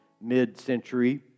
mid-century